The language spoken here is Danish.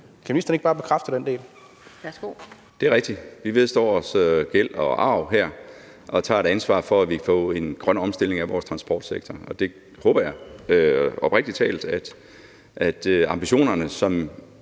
Skatteministeren (Morten Bødskov): Det er rigtigt. Vi vedgår gæld og arv her og tager et ansvar for, at vi kan få en grøn omstilling af vores transportsektor. Jeg håber oprigtig talt, at man vil se,